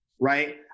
right